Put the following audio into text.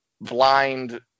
blind